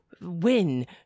win